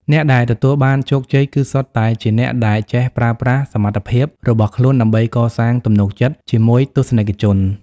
អ្នកដែលទទួលបានជោគជ័យគឺសុទ្ធតែជាអ្នកដែលចេះប្រើប្រាស់សមត្ថភាពរបស់ខ្លួនដើម្បីកសាងទំនុកចិត្តជាមួយទស្សនិកជន។